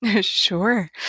Sure